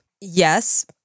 Yes